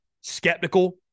skeptical